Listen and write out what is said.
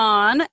on